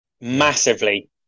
Massively